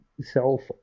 self